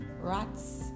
rats